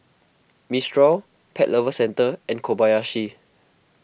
Mistral Pet Lovers Centre and Kobayashi